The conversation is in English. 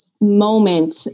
moment